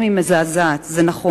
והיא מזעזעת, חברים, זה נכון,